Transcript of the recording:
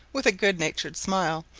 with a good-natured smile,